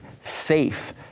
safe